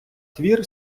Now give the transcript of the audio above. твір